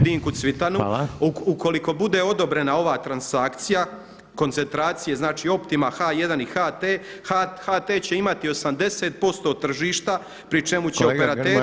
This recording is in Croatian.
Dinku Cvitanu ukoliko bude odobrena ova transakcija koncentracije znači Optima, H1, HT, HT će imati 80% tržišta pri čemu će operateri